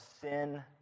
sin